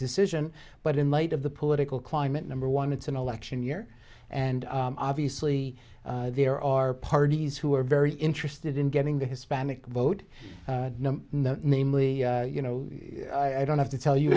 decision but in light of the political climate number one it's an election year and obviously there are parties who are very interested in getting the hispanic vote namely you know i don't have to tell you